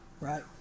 Right